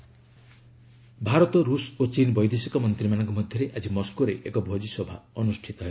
Indo ଚୀନ୍ meet Bharat ରୁଷ ଓ ଚୀନ୍ ବୈଦେଶିକ ମନ୍ତ୍ରୀମାନଙ୍କ ମଧ୍ୟରେ ଆଜି ମସ୍କୋରେ ଏକ ଭୋଜିସଭା ଅନୁଷ୍ଠିତ ହେବ